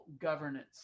governance